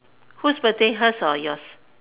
whose birthday hers or yours